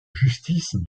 justice